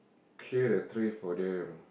clear the tray for them